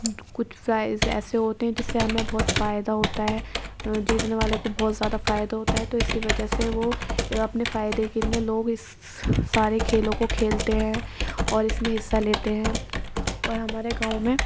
کچھ پرائز ایسے ہوتے ہیں جس سے ہمیں بہت فائدہ ہوتا ہے جیتنے والے کو بہت زیادہ فائدہ ہوتا ہے تو اسی وجہ سے وہ اپنے فائدے کے لیے لوگ اس سارے کھیلوں کو کھیلتے ہیں اور اس میں حصہ لیتے ہیں اور ہمارے گاؤں میں